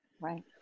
Right